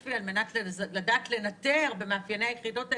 ספציפי על מנת לדעת לנטר במאפייני היחידות האלה,